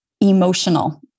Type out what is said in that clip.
emotional